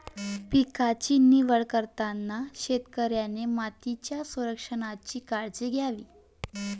पिकांची निवड करताना शेतकऱ्याने मातीच्या संरक्षणाची काळजी घ्यावी